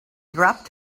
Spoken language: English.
dropped